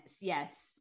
Yes